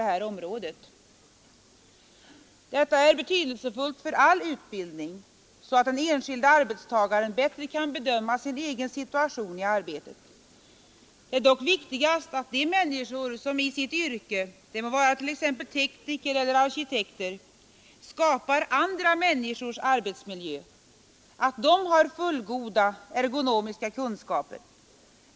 Detta är 29 november 1972 betydelsefullt för all utbildning, så att den enskilde arbetstagaren bättre kan bedöma sin egen situation i arbetet. Det är dock viktigast att de människor som i sitt yrke, de må vara t.ex. tekniker eller arkitekter, skapar andra människors arbetsmiljö har fullgoda ergonomiska kunskaper.